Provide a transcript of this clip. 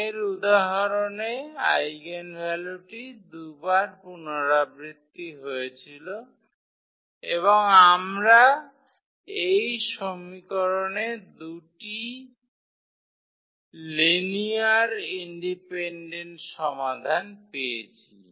আগের উদাহরণে আইগেনভ্যালুটি দুবার পুনরাবৃত্তি হয়েছিল এবং আমরা এই সমীকরণের দুটি লিনিয়ার ইন্ডিপেনডেন্ট সমাধান পেয়েছি